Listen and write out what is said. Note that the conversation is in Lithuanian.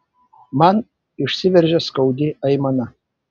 man išsiveržia skaudi aimana